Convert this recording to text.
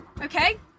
Okay